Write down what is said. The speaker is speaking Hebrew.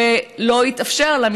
ולא התאפשר לה,